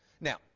Now